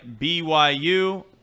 BYU